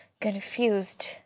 confused